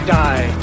die